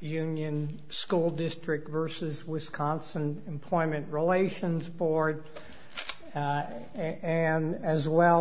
union school district versus wisconsin employment relations board and as well